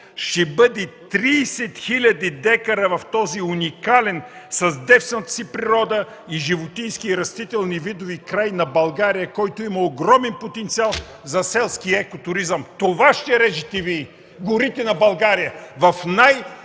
ще бъде 30 хиляди декара в този уникален с девствената си природа, животински и растителни видове край на България, който има огромен потенциал за селския екотуризъм! Това ще режете Вие – горите на България в